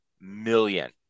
million